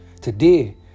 Today